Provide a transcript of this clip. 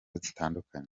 zitandukanye